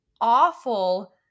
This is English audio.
awful